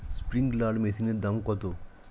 Sprinkler মেশিনের দাম কত?